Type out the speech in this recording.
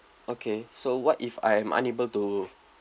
okay so what if I am unable to